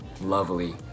lovely